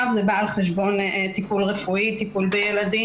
זה בא על חשבון טיפול רפואי או טיפול בילדים.